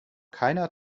keiner